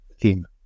theme